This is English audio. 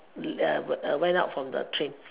we uh went out from the train